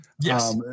Yes